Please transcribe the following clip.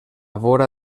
vora